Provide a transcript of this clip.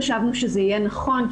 חשבנו שזה שיהיה נכון,